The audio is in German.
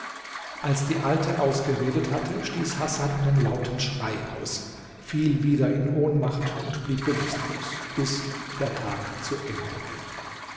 als die alte ausgeredet hatte stieß hasan einen lauten schrei aus fiel wieder in ohnmacht und blieb bewußtlos bis der tag zu ende ging